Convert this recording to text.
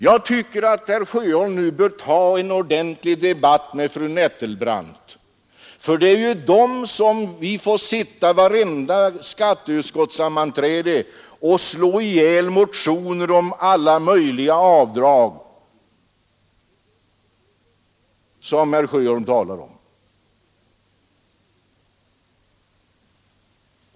Jag tycker att herr Sjöholm bör ta en ordentlig debatt med fru Nettelbrandt om detta. Varenda skatteutskottssammanträde får vi slå ihjäl motioner om alla möjliga avdrag, som herr Sjöholm talar om.